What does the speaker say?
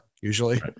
usually